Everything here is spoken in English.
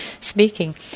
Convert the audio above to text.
speaking